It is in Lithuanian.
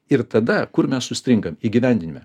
ir tada kur mes užstringam įgyvendinime